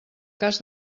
cas